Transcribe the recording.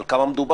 על כמה מדובר?